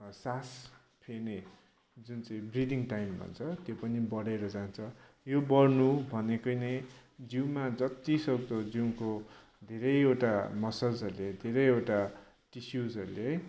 सास फेर्ने जुन चाहिँ ब्रिदिङ टाइम भन्छ त्यो पनि बढेर जान्छ यो बढ्नु भनेकै नै जिउमा जतिसक्दो जिउको धेरैवटा मसल्सहरूले धेरैवटा टिस्युजहरूले है